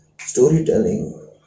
Storytelling